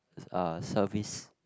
uh service